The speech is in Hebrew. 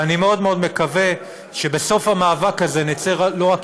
ואני מאוד מאוד מקווה שבסוף המאבק הזה נצא לא רק